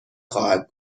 خواهد